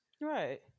right